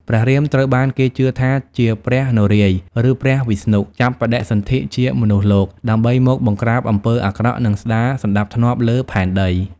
ព្រះរាមត្រូវបានគេជឿថាជាព្រះនរាយណ៍ ឬព្រះវិស្ណុ ចាប់បដិសន្ធិជាមនុស្សលោក ដើម្បីមកបង្រ្កាបអំពើអាក្រក់ និងស្ដារសណ្ដាប់ធ្នាប់លើផែនដី ។